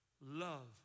Love